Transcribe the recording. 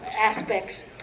aspects